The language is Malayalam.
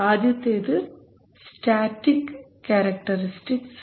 ആദ്യത്തേത് സ്റ്റാറ്റിക് ക്യാരക്ടറിസ്റ്റിക്സ് ആണ്